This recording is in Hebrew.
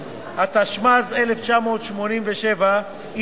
התשמ"ז 1987,